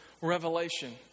Revelation